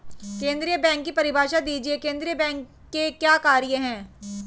केंद्रीय बैंक की परिभाषा दीजिए केंद्रीय बैंक के क्या कार्य हैं?